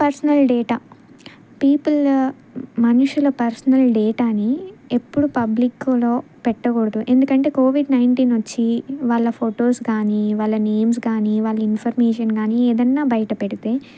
personal data people మనుషుల personal డేటాని ఎప్పుడు పబ్లిక్లో పెట్టకూడదు ఎందుకంటే కోవిడ్ నైన్టీన్ వచ్చి వాళ్ళ ఫొటోస్ కానీ వాళ్ళ నేమ్స్ కానీ వాళ్ళ ఇన్ఫర్మేషన్ కానీ ఏదన్నా బయట పెడితే